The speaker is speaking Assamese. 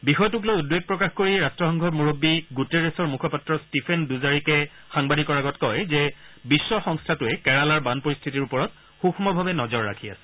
বিষয়টোক লৈ উদ্বেগ প্ৰকাশ কৰি ৰাট্টসংঘৰ মূৰববী গুটেৰেছৰ মুখপাত্ৰ ষ্টিফেন ড়জাৰিকে সাংবাদিকৰ আগত কয় যে বিশ্ব সংস্থাটোৱে কেৰালাৰ বান পৰিস্থিতিৰ ওপৰত সূক্ষ্মভাৱে নজৰ ৰাখি আছে